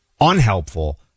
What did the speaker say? unhelpful